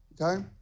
okay